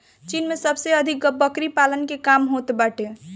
चीन में सबसे अधिक बकरी पालन के काम होत बाटे